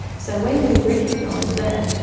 so when we recognise that,